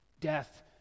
Death